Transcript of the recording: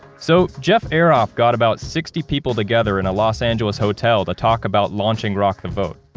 so jeff air off got about sixty people together in a los angeles hotel to talk about launching rock the vote.